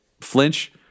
Flinch